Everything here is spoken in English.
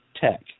tech